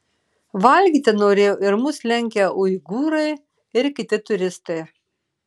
valgyti norėjo ir mus lenkę uigūrai ir kiti turistai